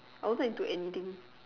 I wasn't into anything